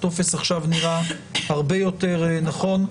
הטופס עכשיו נראה הרבה יותר נכון.